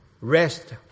Rest